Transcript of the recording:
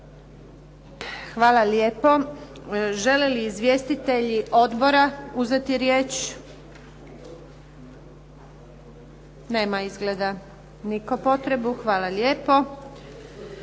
Hvala lijepo. Žele li izvjestitelji odbora uzeti riječ? Nema izgleda nitko potrebu. Hvala lijepo.